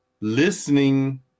listening